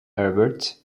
herbert